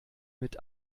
mit